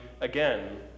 again